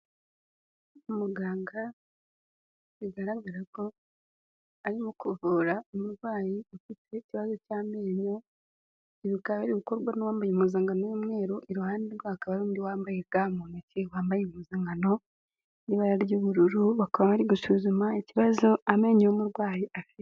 Umuganga, bigaragara ko arimo kuvura umurwayi ufite ikibazo cy'amenyo, ibi bikaba biri gukorwa n'uwambaye impuzangano y'umweru, iruhande rwe hakaba hari undi wambaye ga mu ntoki, wambaye impuzankano y'ibara ry'ubururu, bakaba bari gusuzuma ikibazo amenyo y'umurwayi afite.